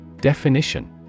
Definition